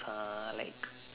fun like